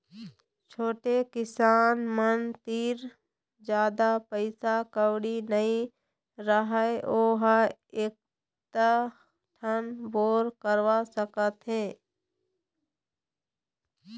छोटे किसान मन तीर जादा पइसा कउड़ी नइ रहय वो ह एकात ठन बोर करवा सकत हे